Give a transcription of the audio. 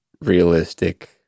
realistic